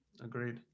Agreed